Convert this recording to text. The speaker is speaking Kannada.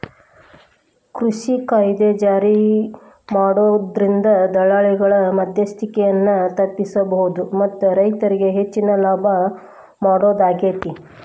ಕೃಷಿ ಕಾಯ್ದೆ ಜಾರಿಮಾಡೋದ್ರಿಂದ ದಲ್ಲಾಳಿಗಳ ಮದ್ಯಸ್ತಿಕೆಯನ್ನ ತಪ್ಪಸಬೋದು ಮತ್ತ ರೈತರಿಗೆ ಹೆಚ್ಚಿನ ಲಾಭ ಮಾಡೋದಾಗೇತಿ